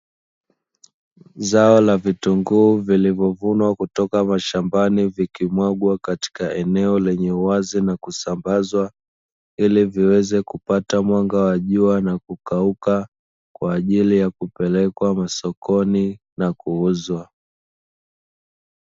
Zao la vitunguu vilivovunwa kutoka mashambani vikimwagwa katika eneo lenye uwazi na kusambazwa, ili viweze kupata mwanga wa jua na kukauka. Kwa ajili ya kupelekwa masokoni na kuuzwa.